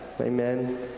Amen